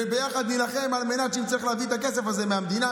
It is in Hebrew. וביחד נילחם על מנת להביא את הכסף הזה מהמדינה,